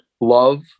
love